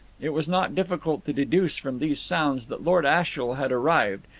it was not difficult to deduce from these sounds that lord ashiel had arrived,